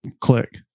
Click